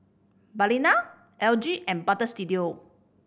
Balina L G and Butter Studio